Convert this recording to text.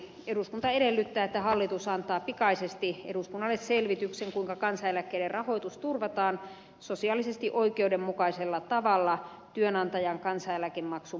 eduskunta edellyttää että hallitus antaa pikaisesti eduskunnalle selvityksen kuinka kansaneläkkeiden rahoitus turvataan sosiaalisesti oikeudenmukaisella tavalla työnantajan kansaneläkemaksun poistamisen jälkeen